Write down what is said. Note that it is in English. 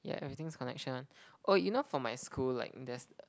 yeah everything's connection ah oh you know for my school like there's